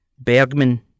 Bergman